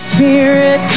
Spirit